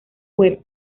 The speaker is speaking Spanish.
web